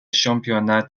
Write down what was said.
championnat